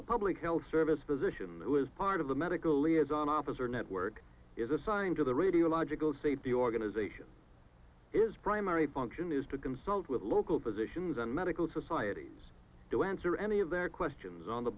a public health service position that was part of the medical liaison officer network is assigned to the radiological safety organization is primary function is to consult with local positions and medical societies to answer any of their questions on the